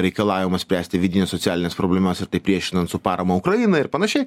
reikalavimą spręsti vidines socialines problemas ir taip priešinant su parama ukrainai ir panašiai